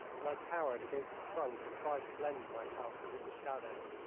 and i cowered against the trunk and tried to blend myself with its shadow.